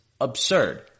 absurd